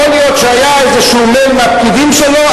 יכול להיות שהיה איזה מייל מהפקידים שלו,